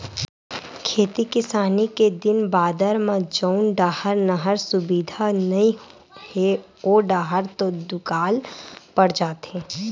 खेती किसानी के दिन बादर म जउन डाहर नहर सुबिधा नइ हे ओ डाहर तो दुकाल पड़ जाथे